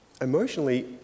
emotionally